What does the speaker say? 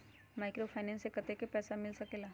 Microfinance से कतेक पैसा मिल सकले ला?